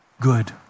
good